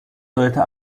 sollte